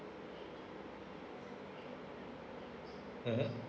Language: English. mmhmm